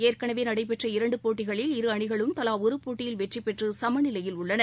ஏற்கனவே நடைபெற்ற இரண்டு போட்டிகளில் இரு அணிகளும் தலா ஒரு போட்டியில் வெற்றி பெற்று சமநிலையில் உள்ளன